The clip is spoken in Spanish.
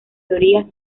teorías